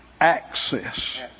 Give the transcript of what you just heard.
Access